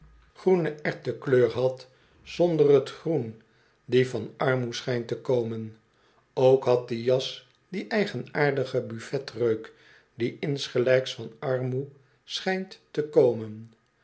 groene erwtenkleur had zonder t groen die van armoe schijnt te komen ook had die jas dien eigenaardigen buffet reuk die insgelijks van armoe schijnt te komen